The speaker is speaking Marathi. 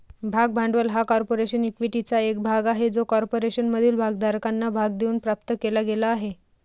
भाग भांडवल हा कॉर्पोरेशन इक्विटीचा एक भाग आहे जो कॉर्पोरेशनमधील भागधारकांना भाग देऊन प्राप्त केला गेला आहे